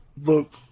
Look